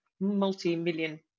multi-million